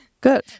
Good